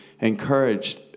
encouraged